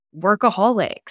workaholics